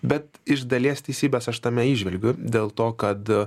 bet iš dalies teisybės aš tame įžvelgiu dėl to kad